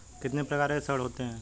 कितने प्रकार के ऋण होते हैं?